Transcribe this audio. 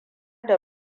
da